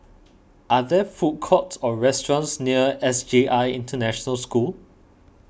are there food courts or restaurants near S J I International School